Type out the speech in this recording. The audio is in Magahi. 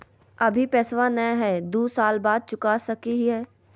अभि पैसबा नय हय, दू साल बाद चुका सकी हय?